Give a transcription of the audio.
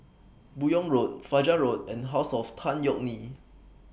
Buyong Road Fajar Road and House of Tan Yeok Nee